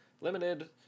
limited